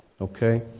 Okay